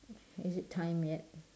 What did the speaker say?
is it time yet